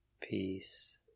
Peace